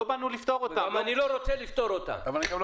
הוא